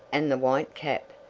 and the white cap.